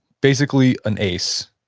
basically an ace,